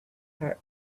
heart